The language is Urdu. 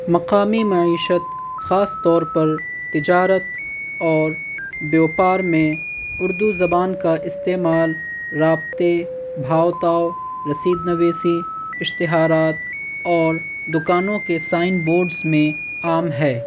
مقامی معیشت خاص طور پر تجارت اور بیوپار میں اردو زبان کا استعمال رابطے بھاؤتاؤ رسید نویسی اشتہارات اور دکانوں کے سائن بورڈس میں عام ہے